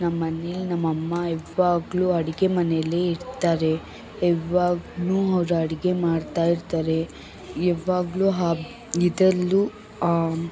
ನಮ್ಮಮನೆಲ್ ನಮ್ಮಅಮ್ಮ ಯವಾಗಲೂ ಅಡಿಗೆ ಮನೇಲೆ ಇರ್ತಾರೆ ಯಾವಾಗು ಅವ್ರು ಅಡಿಗೆ ಮಾಡ್ತಾ ಇರ್ತಾರೆ ಯವಾಗಲೂ ಆ ಇದರಲ್ಲೂ